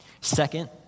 Second